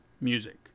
Music